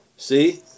See